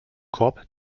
korb